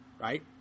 right